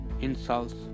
insults